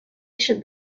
should